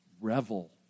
Revel